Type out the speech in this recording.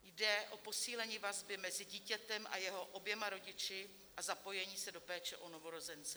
Jde o posílení vazby mezi dítětem a jeho oběma rodiči a zapojení se do péče o novorozence.